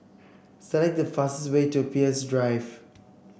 select the fastest way to Peirce Drive